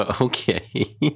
Okay